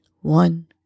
One